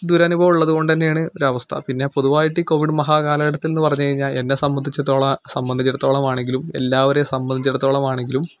ദുരനുഭവം ഉള്ളതുകൊണ്ടു തന്നെയാണ് ഒരു അവസ്ഥ പിന്നെ പൊതുവായിട്ട് ഈ കോവിഡ് മഹാ കാലഘട്ടത്തിൽ എന്ന് പറഞ്ഞു കഴിഞ്ഞാൽ എന്നെ സംബന്ധിച്ചോളം സംബന്ധിച്ചിടത്തോളം ആണെങ്കിലും എല്ലാവരെയും സംബന്ധിച്ചിടത്തോളം ആണെങ്കിലും